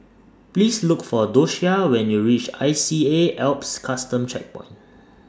Please Look For Doshia when YOU REACH I C A Alps Custom Checkpoint